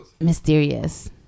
Mysterious